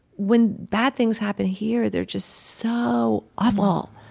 when bad things happen here, they're just so awful.